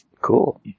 Cool